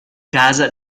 casa